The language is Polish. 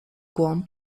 głąb